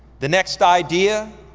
the next idea,